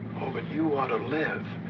oh, but you ought to live.